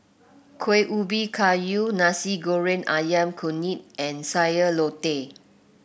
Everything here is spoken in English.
Kueh Ubi Kayu Nasi Goreng ayam Kunyit and Sayur Lodeh